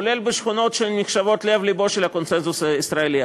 כולל שכונות שנחשבות לב-לבו של הקונסנזוס הישראלי.